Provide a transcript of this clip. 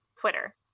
Twitter